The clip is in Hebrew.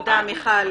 תודה, מיכל.